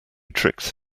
tricks